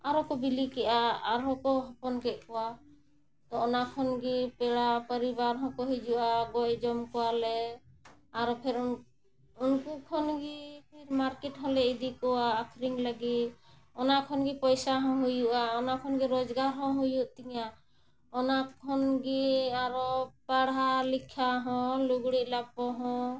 ᱟᱨᱚ ᱠᱚ ᱵᱤᱞᱤ ᱠᱮᱜᱼᱟ ᱟᱨᱦᱚᱸ ᱠᱚ ᱦᱚᱯᱚᱱ ᱠᱮᱫ ᱠᱚᱣᱟ ᱛᱚ ᱚᱱᱟ ᱠᱷᱚᱱᱜᱮ ᱯᱮᱲᱟ ᱯᱚᱨᱤᱵᱟᱨ ᱦᱚᱸᱠᱚ ᱦᱤᱡᱩᱜᱼᱟ ᱜᱚᱡ ᱡᱚᱢ ᱠᱚᱣᱟᱞᱮ ᱟᱨᱚ ᱯᱷᱮᱨ ᱩᱱᱠᱩ ᱠᱷᱚᱱ ᱜᱮ ᱢᱟᱨᱠᱮᱴ ᱦᱚᱸᱞᱮ ᱤᱫᱤ ᱠᱚᱣᱟ ᱟᱹᱠᱷᱨᱤᱧ ᱞᱟᱹᱜᱤᱫ ᱚᱱᱟ ᱠᱷᱚᱱᱜᱮ ᱯᱚᱭᱥᱟ ᱦᱚᱸ ᱦᱩᱭᱩᱜᱼᱟ ᱚᱱᱟ ᱠᱷᱚᱱ ᱜᱮ ᱨᱚᱡᱽᱜᱟᱨ ᱦᱚᱸ ᱦᱩᱭᱩᱜ ᱛᱤᱧᱟᱹ ᱚᱱᱟ ᱠᱷᱚᱱ ᱜᱮ ᱟᱨᱚ ᱯᱟᱲᱦᱟᱣ ᱞᱮᱠᱷᱟ ᱦᱚᱸ ᱞᱩᱜᱽᱲᱤᱡ ᱞᱟᱯᱚ ᱦᱚᱸ